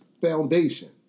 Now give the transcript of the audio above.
Foundation